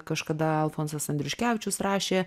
kažkada alfonsas andriuškevičius rašė